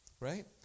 Right